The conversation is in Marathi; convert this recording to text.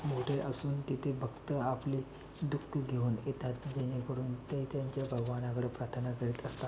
मोठे असून तेथे भक्त आपले दुःख घेऊन येतात जेणेकरून ते त्यांच्या भगवानाकडे प्रार्थना करीत असतात